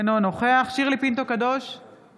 אינו נוכח שירלי פינטו קדוש,